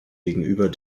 gegenüber